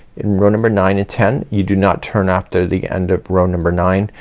in row number nine ten you do not turn after the end of row number nine.